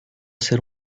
ser